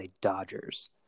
Dodgers